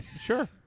Sure